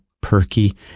perky